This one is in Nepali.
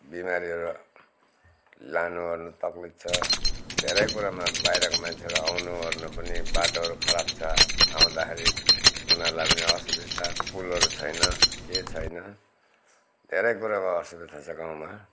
बिमारीहरू लानु ओर्नु तकलिफ छ धेरै कुरामा बाहिरको मान्छेहरू आउनु और्नु पनि बाटो खराब छ आउँदाखेरि उनीहरूलाई पनि असुविस्ता पुलहरू छैन केही छैन धेरै कुरोको असुविस्ता छ गाउँमा